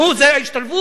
נו, זו השתלבות?